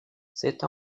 cette